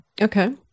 Okay